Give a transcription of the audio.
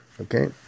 Okay